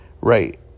right